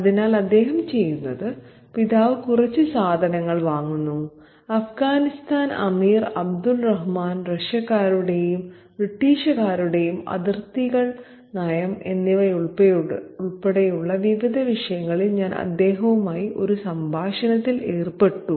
അതിനാൽ അദ്ദേഹം ചെയ്യുന്നത് പിതാവ് കുറച്ച് സാധനങ്ങൾ വാങ്ങുന്നു അഫ്ഗാനിസ്ഥാൻ അമീർ അബ്ദുർ റഹ്മാൻ റഷ്യക്കാരുടെയും ബ്രിട്ടീഷുകാരുടെയും അതിർത്തി നയം എന്നിവയുൾപ്പെടെയുള്ള വിവിധ വിഷയങ്ങളിൽ ഞാൻ അദ്ദേഹവുമായി ഒരു സംഭാഷണത്തിൽ ഏർപ്പെട്ടു